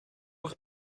eich